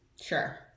Sure